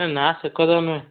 ଏ ନା ସେ କଥା ନୁହେଁ